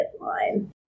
line